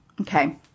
Okay